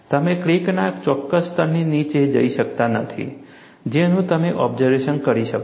તમે ક્રેકના ચોક્કસ સ્તરની નીચે જઈ શકતા નથી જેનું તમે ઓબ્ઝર્વેશન કરી શકો છો